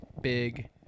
big